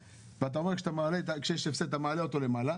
ואתה אומר שכשיש הפסד אתה מעלה אותו למעלה,